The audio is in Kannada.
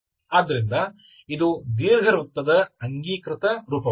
ಆದ್ದರಿಂದ ಇದು ದೀರ್ಘವೃತ್ತದ ಅಂಗೀಕೃತ ರೂಪವಾಗಿದೆ